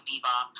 Bebop